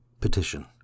Petition